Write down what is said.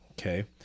Okay